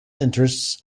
interests